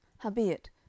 Howbeit